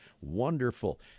wonderful